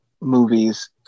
movies